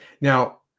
now